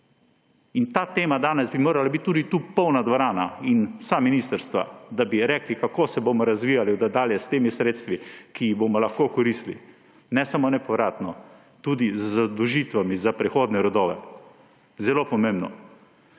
pri tej temi danes bi morala biti tu polna dvorana, vsa ministrstva, da bi povedali, kako se bomo razvijali nadalje s temi sredstvi, ki jih bomo lahko koristili, ne samo nepovratno, tudi z zadolžitvami za prihodnje rodove. Zelo pomembno!